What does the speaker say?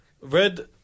Red